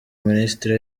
minisitiri